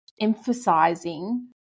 emphasizing